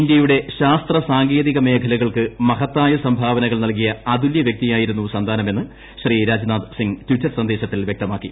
ഇന്ത്യയുടെ ശാസ്ത്ര സാങ്കേതിക മേഖലകൾക്ക് മഹത്തായ സംഭാവനകൾ നൽകിയ അതുല്യ വ്യക്തിയായിരുന്നു സന്താനമെന്ന് ശ്രീ രാജ്നാഥ് സിംഗ് ടിറ്റർ സന്ദേശത്തിൽ വൃക്തമാക്കി